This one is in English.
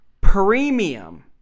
premium